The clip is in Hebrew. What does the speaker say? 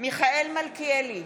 מיכאל מלכיאלי,